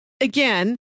again